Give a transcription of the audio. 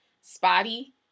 spotty